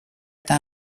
eta